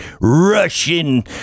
Russian